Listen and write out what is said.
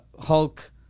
Hulk